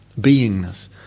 beingness